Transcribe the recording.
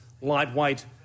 lightweight